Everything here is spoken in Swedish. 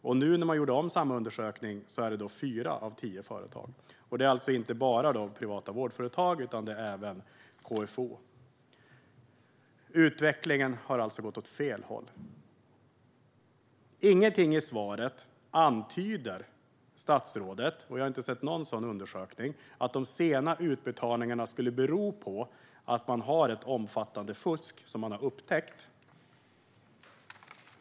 När man nu gjort om samma undersökning är det fyra av tio företag. Det är alltså inte bara de privata vårdföretagen, utan det är även KFO. Utvecklingen har alltså gått åt fel håll. Ingenstans i svaret antyder statsrådet - och jag har inte sett någon sådan undersökning - att de sena utbetalningarna skulle bero på ett omfattande fusk som man har upptäckt.